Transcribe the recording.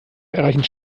erreichen